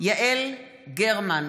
יעל גרמן,